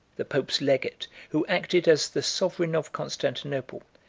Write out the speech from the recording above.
the pope's legate, who acted as the sovereign of constantinople,